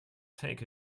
take